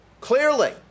clearly